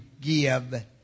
give